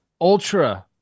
Ultra